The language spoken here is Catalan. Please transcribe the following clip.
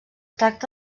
tracta